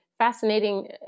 Fascinating